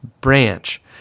branch